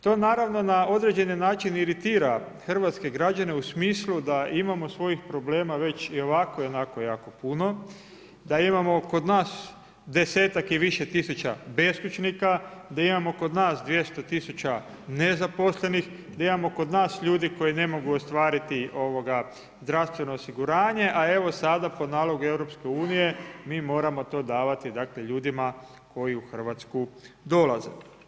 To naravno na određeni način iritira hrvatske građane u smislu da imamo svojih problema već i onako i ovako jako puno, da imamo kod nas desetak i više tisuća beskućnika, da imamo kod nas 200 tisuća nezaposlenih, da imamo kod nas ljudi koji ne mogu ostvariti zdravstveno osiguranje, a evo sada po nalogu EU mi moramo to davati ljudima koji u Hrvatsku dolaze.